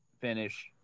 finish